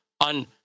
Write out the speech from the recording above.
on